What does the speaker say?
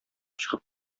чыгып